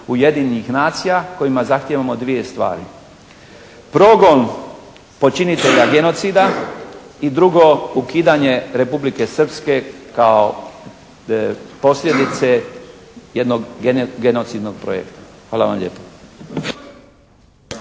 Ujedinjenih nacija kojima zahtijevamo dvije stvari. Progon počinitelja genocida. I drugo, ukidanje Republike Srpske kao posljedice jednog genocidnog projekta. Hvala vam lijepo.